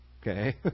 Okay